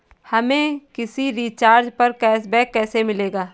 हमें किसी रिचार्ज पर कैशबैक कैसे मिलेगा?